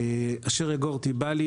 אשר יגורתי בא לי.